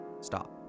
stop